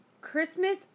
Christmas